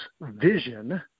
vision –